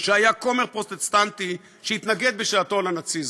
שהיה כומר פרוטסטנטי שהתנגד בשעתו לנאציזם,